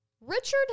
Richard